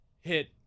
hit